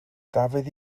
dafydd